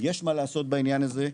יש מה לעשות בעניין הזה,